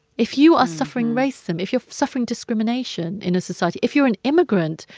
if you are suffering racism, if you're suffering discrimination in a society, if you're an immigrant,